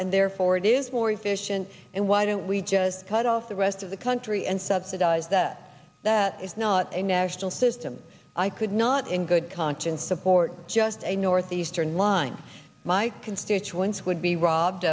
and therefore it is more efficient and why don't we just cut off the rest of the country and subsidize that that is not a national system i could not in good conscience support just a northeastern line my constituents would be robbed